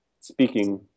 speaking